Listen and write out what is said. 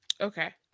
Okay